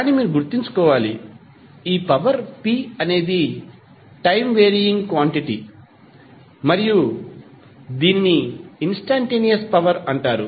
కానీ మీరు గుర్తుంచుకోవాలి ఈ పవర్ p అనేది టైమ్ వేరీయింగ్ క్వాంటిటీ మరియు దీనిని ఇన్స్టంటేనియస్ పవర్ అంటారు